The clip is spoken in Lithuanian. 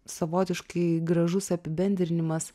savotiškai gražus apibendrinimas